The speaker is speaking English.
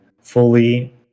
fully